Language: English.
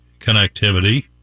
connectivity